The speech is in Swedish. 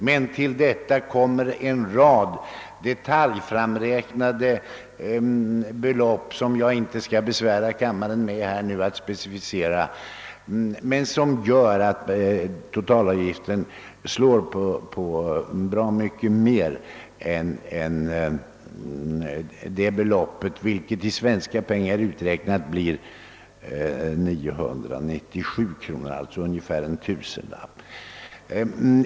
Men till detta kommer en rad detaljframräknade belopp som jag inte skall besvära kammaren med att specificera men som gör att totalavgiften blir bra mycket större än det nyssnämnda beloppet, alltså ungefär en tusenlapp.